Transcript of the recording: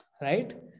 Right